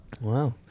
Wow